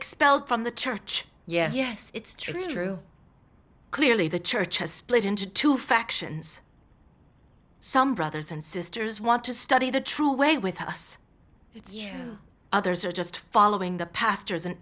expelled from the church yes it's true clearly the church has split into two factions some brothers and sisters want to study the true way with us it's others are just following the pastors an